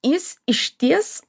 jis išties